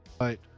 Right